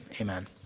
amen